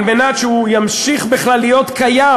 על מנת שהוא ימשיך בכלל להיות קיים.